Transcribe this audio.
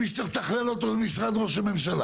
ומי שצריך לתכלל אותו זה משרד ראש הממשלה.